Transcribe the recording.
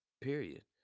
period